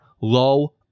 low